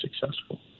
successful